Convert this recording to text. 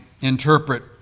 interpret